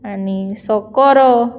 आनी सुकूर